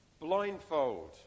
blindfold